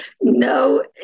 no